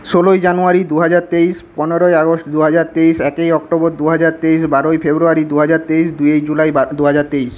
ষোলোই জানুয়ারি দুহাজার তেইশ পনেরোই আগস্ট দুহাজার তেইশ একই অক্টোবর দুহাজার তেইশ বারোই ফেব্রুয়ারি দুহাজার তেইশ দুয়েই জুলাই দুহাজার তেইশ